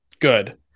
good